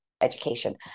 education